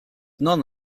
none